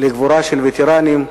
לגבורה של הווטרנים,